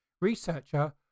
Researcher